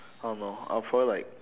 I don't know I'll probably like